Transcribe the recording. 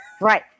Right